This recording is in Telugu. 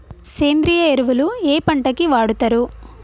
సేంద్రీయ ఎరువులు ఏ పంట కి వాడుతరు?